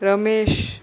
Ramesh